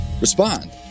respond